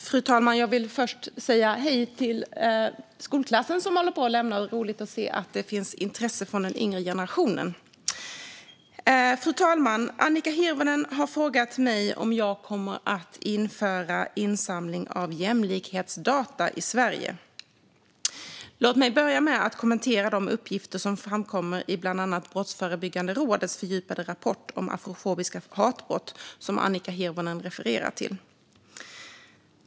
Fru talman! Jag vill först säga hej till skolklassen som är på läktaren. Det är roligt att se att det finns intresse från den yngre generationen. Fru talman! Annika Hirvonen har frågat mig om jag kommer att införa insamling av jämlikhetsdata i Sverige. Låt mig börja med att kommentera de uppgifter som framkommer i bland annat Brottsförebyggande rådets fördjupade rapport om afrofobiska hatbrott som Annika Hirvonen refererar till.